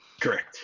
Correct